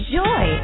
joy